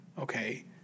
Okay